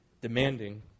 demanding